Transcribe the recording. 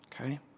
Okay